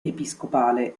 episcopale